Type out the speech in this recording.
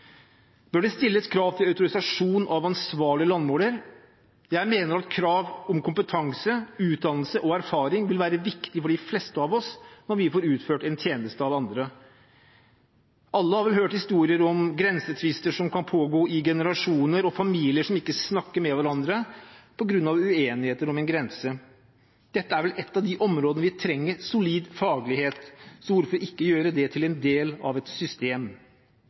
Bør det stilles krav til autorisasjon av ansvarlig landmåler? Jeg mener at krav om kompetanse, utdannelse og erfaring vil være viktig for de fleste av oss når vi får utført en tjeneste av andre. Alle har vel hørt historier om grensetvister som kan pågå i generasjoner, og familier som ikke snakker med hverandre på grunn av uenigheter om en grense. Dette er vel et av de områder der vi trenger solid faglighet, så hvorfor ikke gjøre det til en del av et system?